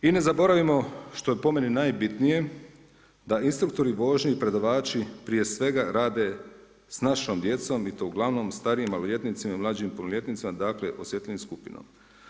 I ne zaboravimo što je po meni najbitnije da instruktori vožnje i predavači prije svega rade sa našom djecom i to uglavnom starijima maloljetnicima i mlađim punoljetnicima, dakle osjetljivom skupinom.